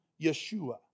Yeshua